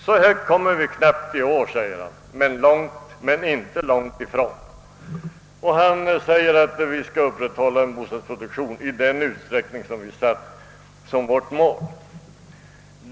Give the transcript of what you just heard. »Så högt kommer vi knappt i år», säger han, »men inte långt ifrån.» I annat sammanhang framhåller han att vi skall »upprätthålla bostadsproduktionen i den utsträckning som vi satt som vårt mål».